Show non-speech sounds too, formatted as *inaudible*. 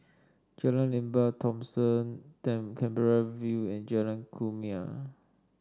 Jalan Lembah Thomson *unintelligible* Canberra View and Jalan Kumia